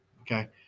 Okay